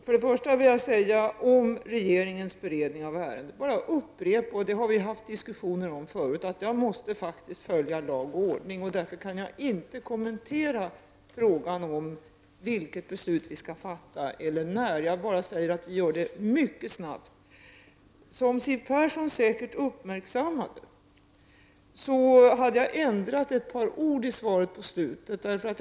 Herr talman! Jag vill först angående regeringens beredning av ärendet upprepa något som vi har diskuterat förut, nämligen att jag faktiskt måste följa lag och ordning. Jag kan därför inte kommentera frågan om vilket beslut vi skall fatta eller när. Jag bara säger att vi skall fatta beslutet mycket snabbt. Som Siw Persson säkert uppmärksammade hade jag i slutet av svaret ändrat ett par ord i förhållande till det utdelade svaret.